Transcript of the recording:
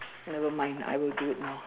nevermind I will do it now